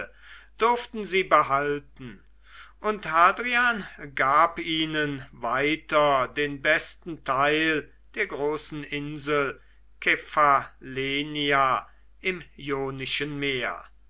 durften sie behalten und hadrian gab ihnen weiter den besten teil der großen insel kephallenia im ionischen meer